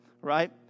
right